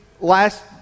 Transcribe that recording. last